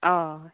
हय